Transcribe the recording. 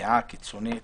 פגיעה קיצונית